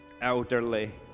elderly